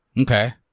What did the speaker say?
Okay